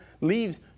leaves